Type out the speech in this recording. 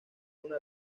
una